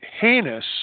heinous